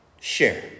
share